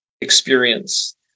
experience